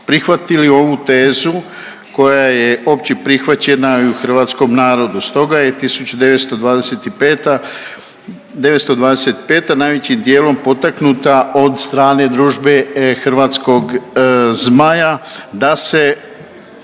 prihvatili ovu tezu koja je opće prihvaćena i u hrvatskom narodu. Stoga je 1925., 925. najvećim dijelom potaknuta od strane Družbe Hrvatskog zmaja da se